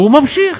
והוא ממשיך,